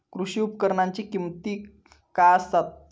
कृषी उपकरणाची किमती काय आसत?